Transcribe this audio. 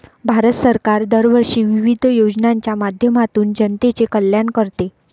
भारत सरकार दरवर्षी विविध योजनांच्या माध्यमातून जनतेचे कल्याण करते